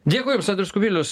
dėkui jums andrius kubilius